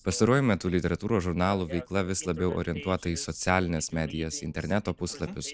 pastaruoju metu literatūros žurnalų veikla vis labiau orientuota į socialines medijas interneto puslapius